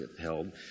held